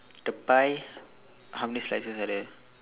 the pie how many slices are there